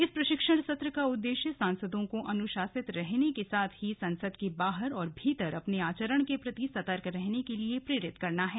इस प्रशिक्षण सत्र का उद्देश्य सांसदों को अनुशासित रहने के साथ ही संसद के बाहर और भीतर अपने आचरण के प्रति सतर्क रहने के लिए प्रेरित करना है